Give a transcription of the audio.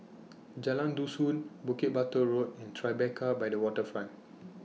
Jalan Dusun Bukit Batok Road and Tribeca By The Waterfront